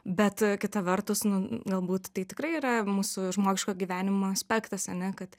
bet kita vertus nu galbūt tai tikrai yra mūsų žmogiško gyvenimo aspektas ane kad